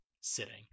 sitting